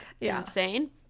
insane